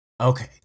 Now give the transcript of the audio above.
Okay